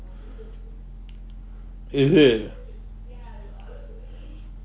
is it